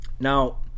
Now